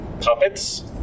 puppets